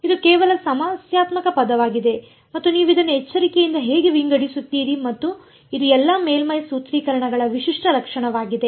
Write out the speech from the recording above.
ಇದು ಕೇವಲ ಸಮಸ್ಯಾತ್ಮಕ ಪದವಾಗಿದೆ ಮತ್ತು ನೀವು ಇದನ್ನು ಎಚ್ಚರಿಕೆಯಿಂದ ಹೇಗೆ ವಿಂಗಡಿಸುತ್ತೀರಿ ಮತ್ತು ಇದು ಎಲ್ಲಾ ಮೇಲ್ಮೈ ಸೂತ್ರೀಕರಣಗಳ ವಿಶಿಷ್ಟ ಲಕ್ಷಣವಾಗಿದೆ